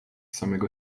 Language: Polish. samego